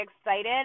excited